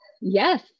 Yes